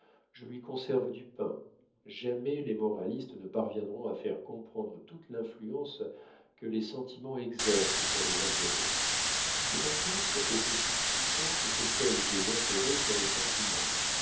je lui conserve du pain jamais les moralistes ne parviendront à faire comprendre toute l'influence que les sentiments exercent sur les intérêts cette influence est aussi puissante que celle des intérêts sur les sentiments